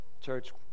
Church